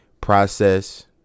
process